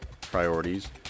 priorities